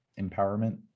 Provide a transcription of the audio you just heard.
empowerment